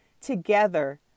together